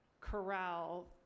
corral